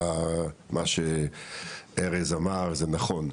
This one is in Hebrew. מה שארז אמר זה נכון.